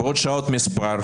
אחרי שעות מספר,